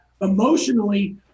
emotionally